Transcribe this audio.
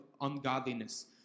ungodliness